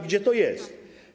Gdzie to jest?